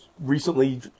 recently